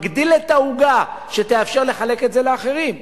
מגדיל את העוגה ומאפשר לחלק את זה לאחרים.